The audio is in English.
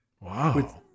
wow